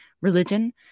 religion